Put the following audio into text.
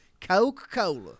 Coca-Cola